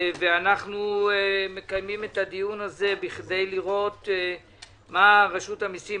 ואנחנו מקיימים את הדיון הזה בכדי לראות מה רשות המיסים,